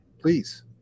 please